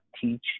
teach